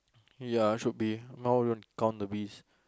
ya should be count the bees